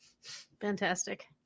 Fantastic